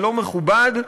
הלא-מכובד,